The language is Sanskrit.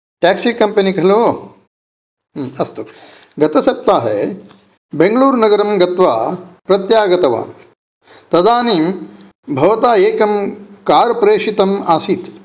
टेक्सी कम्पनी खलु आम् अस्तु गतसप्ताहे बेङ्गलूरनगरं गत्वा प्रत्यगतवान् तदानीं भवता एकं कार् प्रेषितम् आसीत्